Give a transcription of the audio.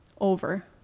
over